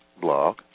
blog